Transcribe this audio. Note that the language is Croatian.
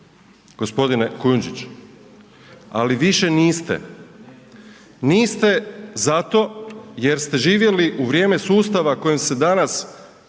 gospodine Kujundžić, ali više niste, niste zato jer ste živjeli u vrijeme sustava kojem se danas